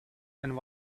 and